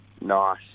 Nice